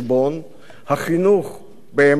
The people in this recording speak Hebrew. החינוך באמת חינם,